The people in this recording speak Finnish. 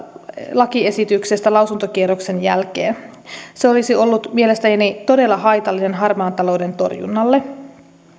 lakiesityksestä lausuntokierroksen jälkeen se olisi ollut mielestäni todella haitallinen harmaan talouden torjunnalle